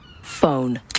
Phone